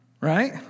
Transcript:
Right